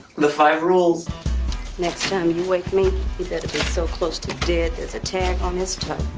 the five rules next time you wake me so close to death it's a tag on this time